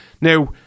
Now